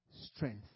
strength